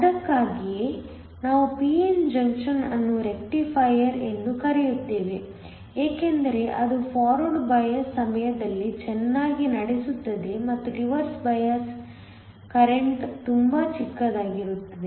ಅದಕ್ಕಾಗಿಯೇ ನಾವು p n junction ಅನ್ನು ರೆಕ್ಟಿಫೈಯರ್ ಎಂದು ಕರೆಯುತ್ತೇವೆ ಏಕೆಂದರೆ ಅದು ಫಾರ್ವರ್ಡ್ ಬಯಾಸ್ಸಮಯದಲ್ಲಿ ಚೆನ್ನಾಗಿ ನಡೆಸುತ್ತದೆ ಮತ್ತು ರಿವರ್ಸ್ ಬಯಾಸ್ಡ್ ಕರೆಂಟ್ತುಂಬಾ ಚಿಕ್ಕದಾಗಿರುತ್ತದೆ